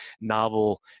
novel